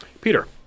Peter